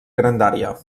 grandària